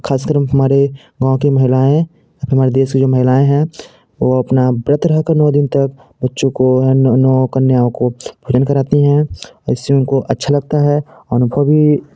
खास कर हमारे गाँव की महिलाएँ हमारे देश की जो महिलाएँ हैं वो अपना व्रत रहकर नौ दिन तक बच्चों को नौ कन्याओं को भोजन कराती हैं इससे उनको अच्छा लगता है और अनुभव भी